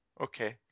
Okay